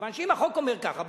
מכיוון שאם החוק אומר ככה,